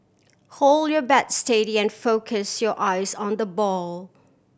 hold your bat steady and focus your eyes on the ball